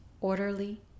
orderly